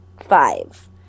five